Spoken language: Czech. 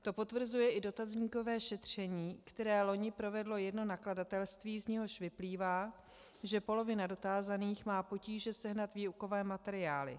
To potvrzuje i dotazníkové šetření, které loni provedlo jedno nakladatelství, z něhož vyplývá, že polovina dotázaných má potíže sehnat výukové materiály.